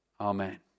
Amen